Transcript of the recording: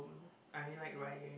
I like Ryan